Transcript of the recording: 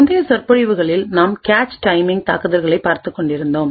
முந்தைய சொற்பொழிவுகளில் நாம் கேச் டைமிங் தாக்குதல்களைப் பார்த்துக் கொண்டிருந்தோம்